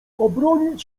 obronić